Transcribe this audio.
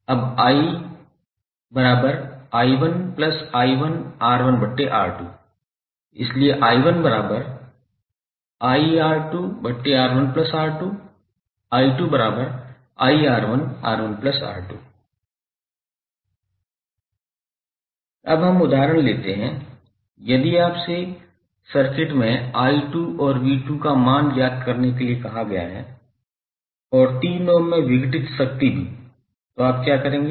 अब i𝑖1𝑖1𝑅1𝑅2 इसलिए 𝑖1𝑖𝑅2𝑅1𝑅2 𝑖2𝑖𝑅1𝑅1𝑅2 अब हम उदाहरण लेते हैं यदि आपसे सर्किट में i2 और v2 का मान ज्ञात करने के लिए कहा गया है और 3 ओम में विघटित शक्ति भी तो आप क्या करेंगे